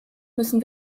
müssen